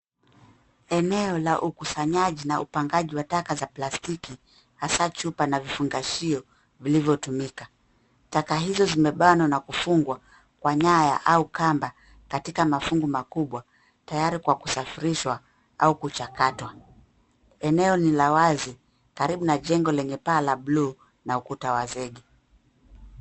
Eneo la ukusanyaji na upangaji wa taka za plastiki hasa chupa na vifungashio vilivyotumika. Taka hizo zimebanwa na kufungwa kwa nyaya au kamba katika mafungu makubwa tayari kwa kusafirishwa au kuchakatwa. Eneo ni la wazi karibu na jengo lenye paa la blue na ukuta wa zege.